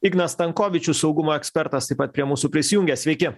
ignas stankovičius saugumo ekspertas taip pat prie mūsų prisijungia sveiki